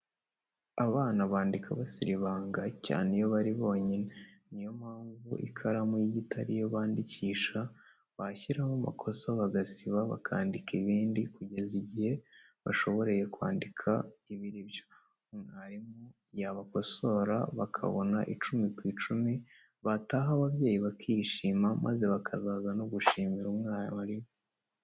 Abana bandika basiribanga, cyane iyo bari bonyine, ni yo mpamvu ikaramu y'igiti ari yo bandikisha, bashyiramo amakosa bagasiba bakandika ibindi, kugeza igihe bashoboreye kwandika ibiri byo, mwarimu yabakosora bakabona icumi ku icumi, bataha ababyeyi bakishima, maze bakazaza no gushimira mwarimu.